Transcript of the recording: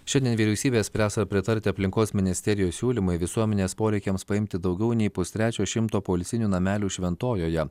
šiandien vyriausybė spręs ar pritarti aplinkos ministerijos siūlymui visuomenės poreikiams paimti daugiau nei pustrečio šimto poilsinių namelių šventojoje